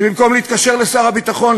שבמקום להתקשר לשר הביטחון,